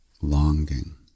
Longing